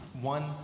One